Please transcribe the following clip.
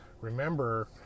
remember